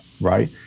right